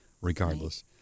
regardless